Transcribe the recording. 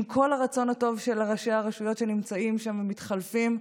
עם כל הרצון הטוב של ראשי הרשויות שנמצאים שם ומתחלפים,